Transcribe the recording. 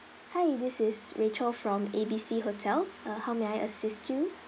hi this is rachel from A B C hotel uh how may I assist you